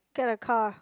get a car